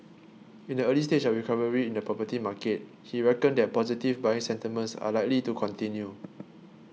in the early stage of recovery in the property market he reckoned that positive buying sentiments are likely to continue